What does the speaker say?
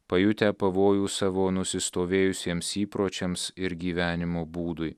pajutę pavojų savo nusistovėjusiems įpročiams ir gyvenimo būdui